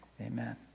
amen